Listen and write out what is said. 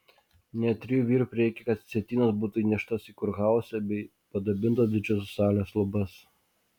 net trijų vyrų prireikė kad sietynas būtų įneštas į kurhauzą bei padabintų didžiosios salės lubas